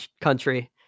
country